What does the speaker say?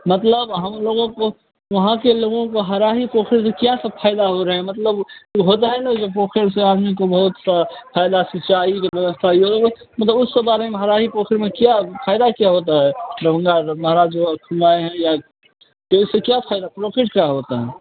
मतलब हम लोगों को वहाँ के लोगों को हराही पोखर से क्या सब फायदा हो रहा है मतलब वो होता है ना पोखर से आदमी को बहुत फ़ायदा सिंचाई सहयोग मतलब उसके बारे में हराही पोखर में क्या फ़ायदा क्या होता है जो आए है तो इससे क्या फ़ायदा प्रॉफिट क्या होता है